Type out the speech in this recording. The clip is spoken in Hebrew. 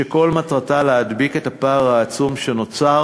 שכל מטרתה להדביק את הפער העצום שנוצר